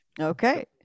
Okay